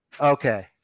okay